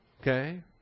okay